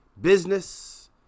business